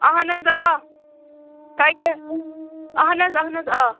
اَہَن حظ آ تۄہہِ کیٛاہ اہَن حظ اَہن حظ آ